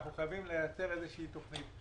אנחנו חייבים לייצר איזו תוכנית.